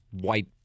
white